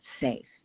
safe